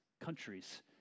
countries